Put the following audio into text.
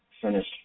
finish